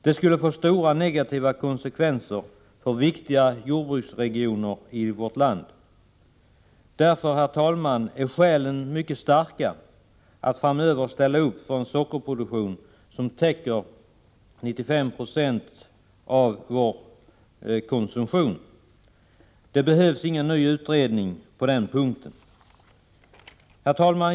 Det skulle bli stora ekonomiska konsekvenser för viktiga jordbruksregioner i vårt land. Därför är, herr talman, skälen mycket starka att framdeles ställa upp för en sockerproduktion som täcker 95 96 av vår konsumtion. Det behövs ingen ny utredning på den punkten. Herr talman!